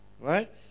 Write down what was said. Right